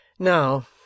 Now